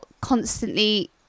constantly